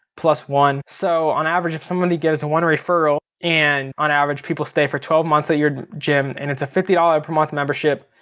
plus one, so on average if somebody gives one referral and on average people stay for twelve months at your gym. and it's a fifty dollars per month membership.